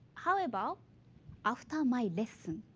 how about after my lesson?